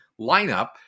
lineup